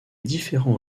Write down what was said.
différents